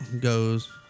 goes